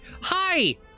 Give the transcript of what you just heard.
Hi